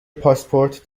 پاسپورت